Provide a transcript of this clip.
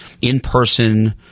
in-person